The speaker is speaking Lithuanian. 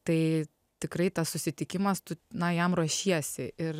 tai tikrai tas susitikimas tu na jam ruošiesi ir